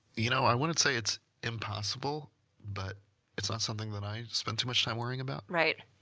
you know, i wouldn't say it's impossible but it's not something that i spend too much time worrying about. right.